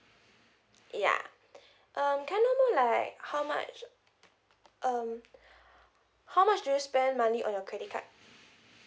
ya um can I know more like how much um how much do you spend money on your credit card